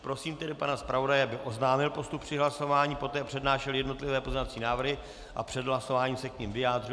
Prosím tedy pana zpravodaje, aby oznámil postup při hlasování, poté přednášel jednotlivé pozměňovací návrhy a před hlasováním se k nim vyjádřil.